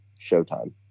showtime